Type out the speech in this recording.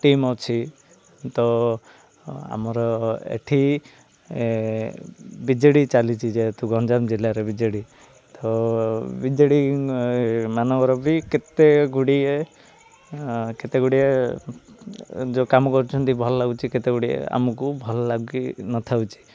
team ଅଛି ତ ଆମର ଏଇଠି ବି ଜେ ଡ଼ି ଚାଲିଛି ଯେହେତୁ ଗଞ୍ଜାମ ଜିଲ୍ଲାରେ ବି ଜେ ଡ଼ି ତ ବି ଜେ ଡ଼ି ମାନଙ୍କର ବି କେତେ ଗୁଡ଼ିଏ କେତେ ଗୁଡ଼ିଏ ଯେଉଁ କାମ କରୁଛନ୍ତି ଭଲ ଲାଗୁଛି କେତେ ଗୁଡ଼ିଏ ଆମକୁ ଭଲ ଲାଗି ନ ଥାଉଛି